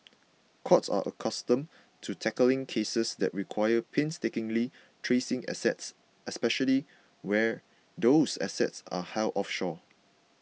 courts are accustomed to tackling cases that require painstakingly tracing assets especially where those assets are held offshore